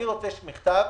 אני רוצה מכתב,